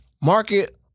market